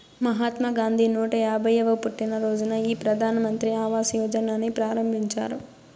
మహాత్మా గాంధీ నూట యాభైయ్యవ పుట్టినరోజున ఈ ప్రధాన్ మంత్రి ఆవాస్ యోజనని ప్రారంభించారు